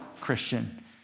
Christian